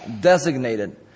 designated